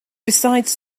besides